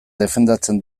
defendatzen